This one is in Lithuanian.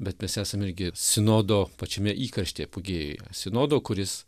bet mes esam irgi sinodo pačiame įkarštyje pugėjuje sinodo kuris